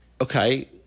Okay